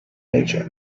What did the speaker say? nature